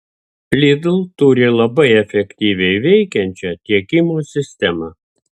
lidl turi labai efektyviai veikiančią tiekimo sistemą